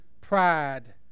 pride